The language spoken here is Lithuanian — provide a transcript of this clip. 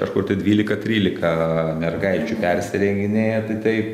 kažkur tai dvylika trylika mergaičių persirenginėja tai taip